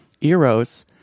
Eros